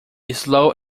slow